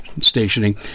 stationing